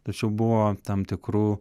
tačiau buvo tam tikrų